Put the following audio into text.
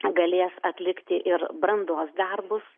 galės atlikti ir brandos darbus